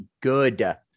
good